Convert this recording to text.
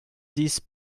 these